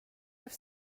have